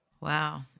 Wow